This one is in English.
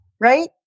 right